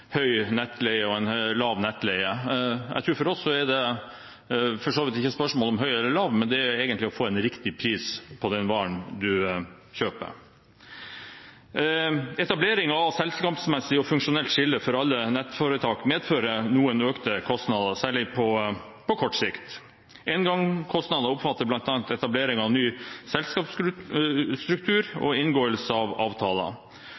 høy nettleie og lav nettleie. Jeg tror at for oss er det for så vidt ikke spørsmål om høy eller lav, men egentlig om å få riktig pris på den varen man kjøper. Etablering av selskapsmessig og funksjonelt skille for alle nettforetak medfører noen økte kostnader, særlig på kort sikt. Engangskostnader omfatter bl.a. etablering av ny selskapsstruktur og inngåelse av avtaler.